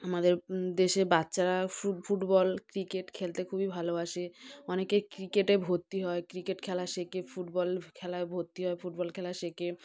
আমাদের দেশে বাচ্চারা ফু ফুটবল ক্রিকেট খেলতে খুবই ভালোবাসে অনেকে ক্রিকেটে ভর্তি হয় ক্রিকেট খেলা শেকে ফুটবল খেলায় ভর্তি হয় ফুটবল খেলা শেখে